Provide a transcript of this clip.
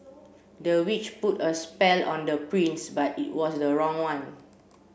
the witch put a spell on the prince but it was the wrong one